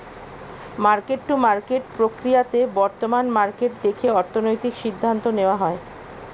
market to market প্রক্রিয়াতে বর্তমান market দেখে অর্থনৈতিক সিদ্ধান্ত নেওয়া হয়